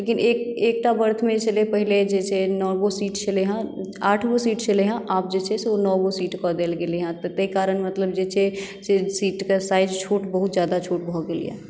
लेकिन एक एकटा बर्थमे छलै पहिले जे छै से नओ गो सीट छलैए हेँ आठ गो सीट छलै हेँ आब जे छै से ओ नओ गो सीट कऽ देल गेलै हेँ तऽ तै कारण मतलब जे छै से सीटके साइज छोट बहुत जादा छोट भऽ गेलइए